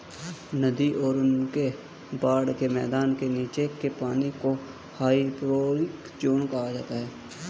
नदी और उसके बाढ़ के मैदान के नीचे के पानी को हाइपोरिक ज़ोन कहा जाता है